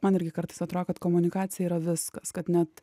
man irgi kartais atrodo kad komunikacija yra viskas kad net